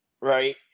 Right